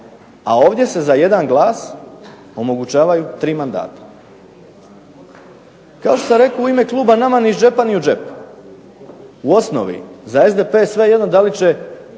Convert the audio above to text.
a ovdje se za jedan glas omogućavaju tri mandata. Kao što sam rekao u ime kluba nama ni iz džepa ni u džep. U osnovi za SDP je svejedno da li će